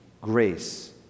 grace